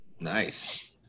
Nice